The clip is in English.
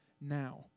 now